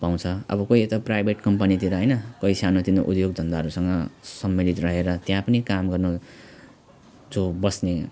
पाउँछ अब कोही यता प्राइभेट कम्पनीतिर होइन कोही सानो तिनो उद्योग धन्दाहरूसँग सम्बन्धित रहेर त्यहाँ पनि काम गर्न चाहिँ बस्ने